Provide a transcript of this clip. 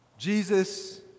Jesus